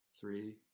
three